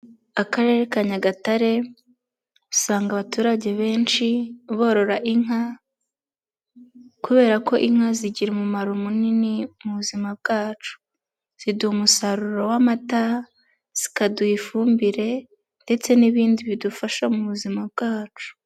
Akarere ka Nyagatare usanga abaturage benshi borora inka kubera ko inka zigira umumaro munini mu buzima bwacu. Ziduha umusaruro w'amata, zikaduha ifumbire ndetse n'ibindi bidufasha mu buzima bwacu.